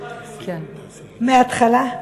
מהתחלה.